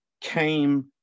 came